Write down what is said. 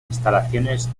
instalaciones